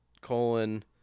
colon